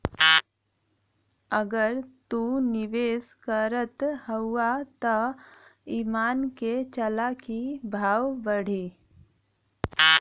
अगर तू निवेस करत हउआ त ई मान के चला की भाव बढ़ी